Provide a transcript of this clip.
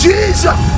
Jesus